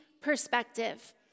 perspective